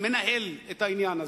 מנהל את העניין הזה.